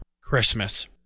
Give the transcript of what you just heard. Christmas